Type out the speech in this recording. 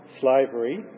slavery